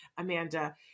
Amanda